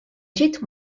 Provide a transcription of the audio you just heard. ġiet